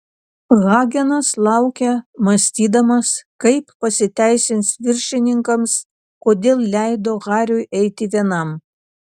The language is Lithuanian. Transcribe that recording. hagenas laukė mąstydamas kaip pasiteisins viršininkams kodėl leido hariui eiti vienam